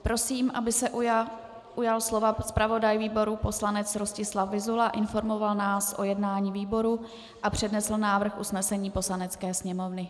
Prosím, aby se ujal slova zpravodaj výboru poslanec Rostislav Vyzula, informoval nás o jednání výboru a přednesl návrh usnesení Poslanecké sněmovny.